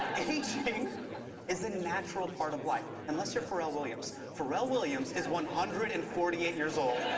aging is a natural part of life. unless you're pharrell williams. pharrell williams is one hundred and forty eight years old.